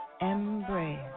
embrace